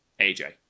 AJ